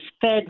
Fed